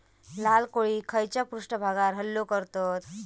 लाल कोळी खैच्या पृष्ठभागावर हल्लो करतत?